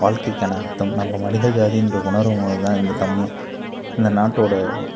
வாழ்க்கைக்கான அர்த்தம் நம்ம மனித சாதின்ற உணர்வுதான் இந்த தமிழ் இந்த நாட்டோடய